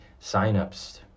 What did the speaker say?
signups